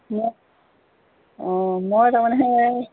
অঁ মই তাৰমানে সেই